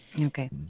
Okay